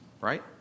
right